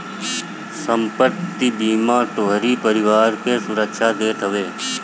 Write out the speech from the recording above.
संपत्ति बीमा तोहरी परिवार के सुरक्षा देत हवे